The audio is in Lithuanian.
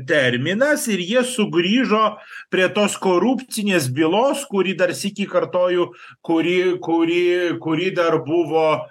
terminas ir jie sugrįžo prie tos korupcinės bylos kuri dar sykį kartoju kuri kuri kuri dar buvo